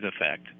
effect